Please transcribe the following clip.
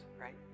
right